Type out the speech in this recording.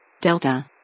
Delta